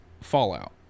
Fallout